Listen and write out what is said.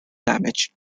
damage